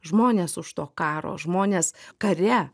žmones už to karo žmones kare